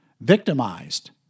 victimized